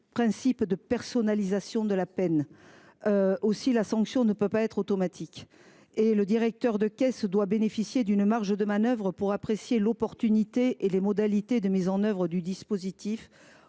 principe de personnalisation de la peine ; aussi la sanction ne saurait elle être automatique. En outre, le directeur de caisse doit bénéficier d’une marge de manœuvre pour apprécier l’opportunité et les modalités de mise en œuvre du dispositif.